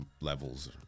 levels